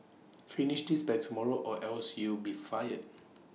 finish this by tomorrow or else you'll be fired